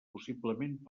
possiblement